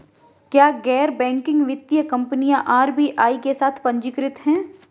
क्या गैर बैंकिंग वित्तीय कंपनियां आर.बी.आई के साथ पंजीकृत हैं?